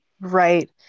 Right